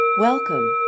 Welcome